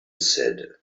said